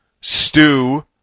stew